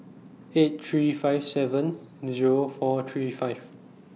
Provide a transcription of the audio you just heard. eight three five seven Zero four three five